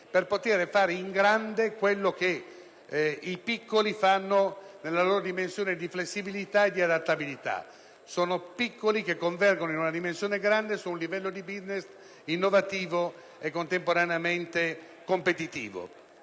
di fare in grande ciò che i piccoli fanno già nella loro dimensione di flessibilità e di adattabilità. Sono piccoli soggetti che convergono in una dimensione grande, su un livello di *business* innovativo e al contempo competitivo.